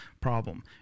problem